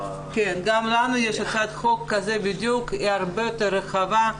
כן, גם לנו יש חוק כזה בדיוק, הרבה יותר רחב.